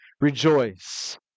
rejoice